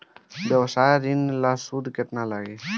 व्यवसाय ऋण ला सूद केतना लागी?